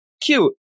cute